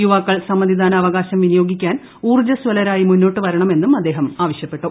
യുവാക്കൾ സമ്മതിദാന അവകാശം വിനിയോഗിക്കാൻ ഊർജ്ജസ്വലരായി മുന്നോട്ട് വരണമെന്നും അദ്ദേഹം ആവശ്യപ്പെട്ടു